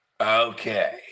okay